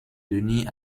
denis